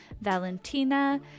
Valentina